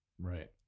Right